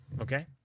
Okay